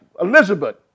Elizabeth